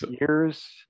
years